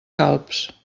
calbs